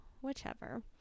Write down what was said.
whichever